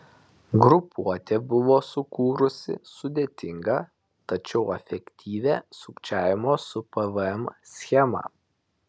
grupuotė buvo sukūrusi sudėtingą tačiau efektyvią sukčiavimo su pvm schemą